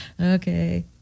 Okay